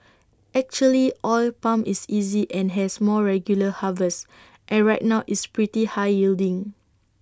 actually oil palm is easy and has more regular harvests and right now it's pretty high yielding